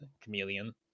chameleon